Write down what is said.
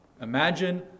Imagine